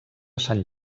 sant